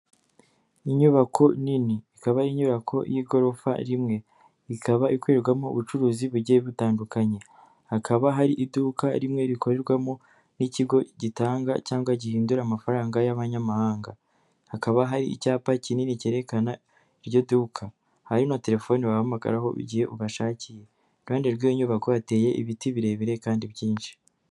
Ni inyubako nini ikaba ari inyubako y'igorofa rimwe, ikaba ikorerwamo ubucuruzi bugiye butandukanye, hakaba hari iduka rimwe rikorerwamo n'ikigo gitanga cyangwa gihindura amafaranga y'abanyamahanga, hakaba hari icyapa kinini cyerekana iryo duka, hari na telefoni wahamagaraho igihe ubashakiye, ku ruhande rw'iyo nyubako hateye ibiti birebire kandi byinshi.